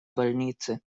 больницы